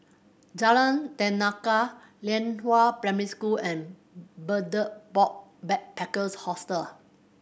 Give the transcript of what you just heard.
Jalan Tenaga Lianhua Primary School and Betel Box Backpackers Hostel